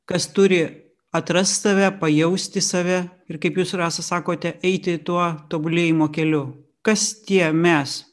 kas turi atrast save pajausti save ir kaip jūs rasa sakote eiti tuo tobulėjimo keliu kas tie mes